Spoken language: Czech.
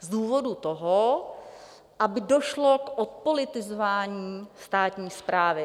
z důvodu toho, aby došlo k odpolitizování státní správy.